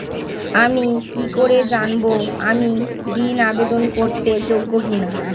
আমি কি করে জানব আমি ঋন আবেদন করতে যোগ্য কি না?